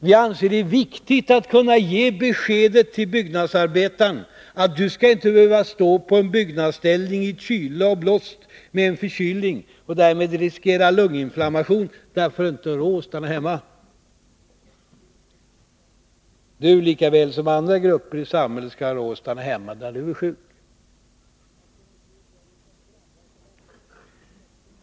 Vi anser att det är viktigt att kunna ge beskedet till byggnadsarbetaren: Du skall inte behöva stå på en byggnadsställning i kyla och blåst med en förkylning och därmed riskera att få lunginflammation. Du lika väl som andra grupper i samhället skall ha råd att stanna hemma när du är sjuk.